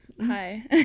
hi